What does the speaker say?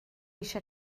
eisiau